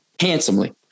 handsomely